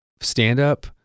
stand-up